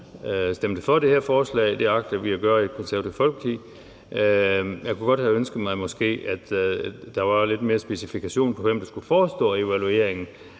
stemte for det her forslag. Det agter vi at gøre i Det Konservative Folkeparti. Jeg kunne måske godt have ønsket mig, at det var lidt mere udspecificeret, hvem der skulle forestå evalueringen,